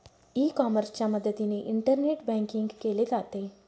E कॉमर्सच्या मदतीने internet banking केले जाते